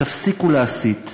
תפסיקו להסית,